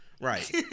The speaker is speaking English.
Right